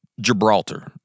Gibraltar